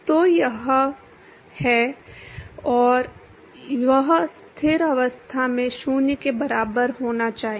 तो वह है और वह स्थिर अवस्था में 0 के बराबर होना चाहिए